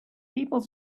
people